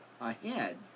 ahead